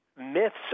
Myths